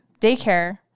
daycare